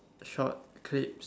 short clips